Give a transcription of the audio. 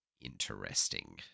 interesting